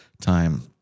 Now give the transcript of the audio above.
time